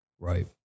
Right